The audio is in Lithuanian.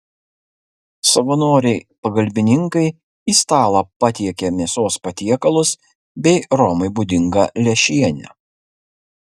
savanoriai pagalbininkai į stalą patiekia mėsos patiekalus bei romai būdingą lęšienę